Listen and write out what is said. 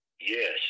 Yes